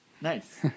nice